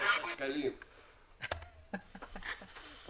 שמונה שקלים,